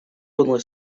only